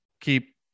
keep